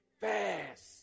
fast